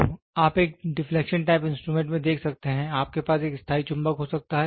तो आप एक डिफलेक्शन टाइप इंस्ट्रूमेंट में देख सकते हैं आपके पास एक स्थायी चुंबक हो सकता है